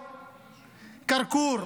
כרכור,